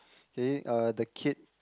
K uh the kid